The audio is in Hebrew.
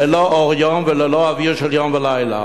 ללא אור יום וללא אוויר של יום ולילה.